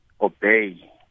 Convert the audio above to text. obey